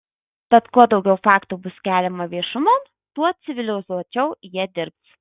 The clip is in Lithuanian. tad kuo daugiau faktų bus keliama viešumon tuo civilizuočiau jie dirbs